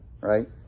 right